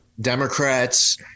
Democrats